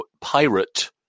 pirate